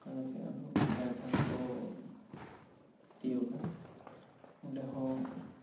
ᱚᱱᱠᱟ ᱠᱟᱛᱮᱜ ᱟᱨᱦᱚᱸ ᱡᱟᱦᱮᱨ ᱛᱷᱟᱱ ᱠᱚ ᱛᱤᱭᱚᱜᱟ ᱚᱸᱰᱮ ᱦᱚᱸ